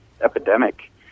epidemic